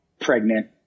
pregnant